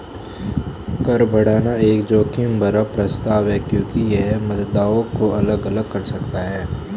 कर बढ़ाना एक जोखिम भरा प्रस्ताव है क्योंकि यह मतदाताओं को अलग अलग कर सकता है